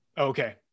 Okay